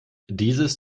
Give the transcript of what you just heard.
dieses